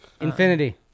Infinity